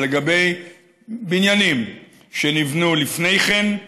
אבל לגבי בניינים שנבנו לפני כן,